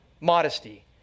Modesty